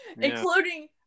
including